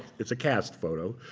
it's a cast photo,